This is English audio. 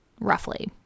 Roughly